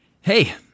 Hey